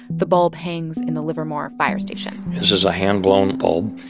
the bulb hangs in the livermore fire station this is a hand-blown bulb.